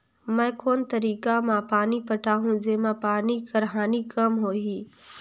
मैं कोन तरीका म पानी पटाहूं जेमा पानी कर हानि कम होही?